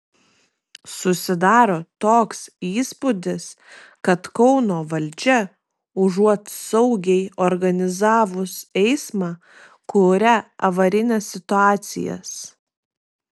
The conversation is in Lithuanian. susidaro toks įspūdis kad kauno valdžia užuot saugiai organizavus eismą kuria avarines situacijas